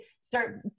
start